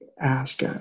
ask